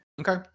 Okay